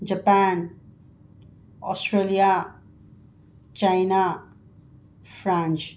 Japan Australia China France